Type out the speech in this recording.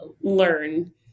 learn